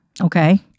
Okay